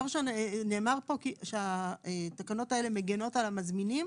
נאמר כאן שהתקנות האלה מגנות על המזמינים.